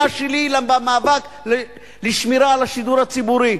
שלי במאבק לשמירה על השידור הציבורי.